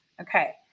Okay